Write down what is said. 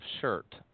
shirt